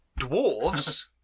dwarves